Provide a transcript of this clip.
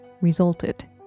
resulted